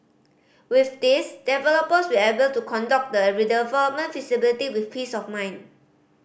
with this developers will able to conduct the redevelopment feasibility with peace of mind